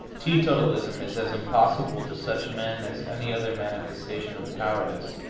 teetotalism is as impossible to such men as any other manifestation of cowardice,